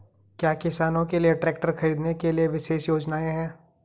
क्या किसानों के लिए ट्रैक्टर खरीदने के लिए विशेष योजनाएं हैं?